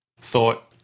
thought